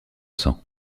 sang